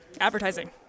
advertising